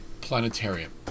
planetarium